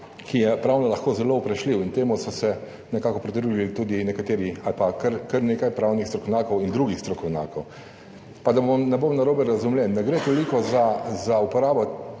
ki je lahko pravno zelo vprašljiv in temu so se nekako pridružili tudi nekateri ali pa kar nekaj pravnih strokovnjakov in drugih strokovnjakov. Pa da ne bom narobe razumljen, ne gre toliko za uporabo